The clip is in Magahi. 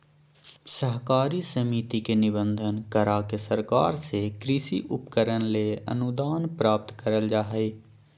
सहकारी समिति के निबंधन, करा के सरकार से कृषि उपकरण ले अनुदान प्राप्त करल जा हई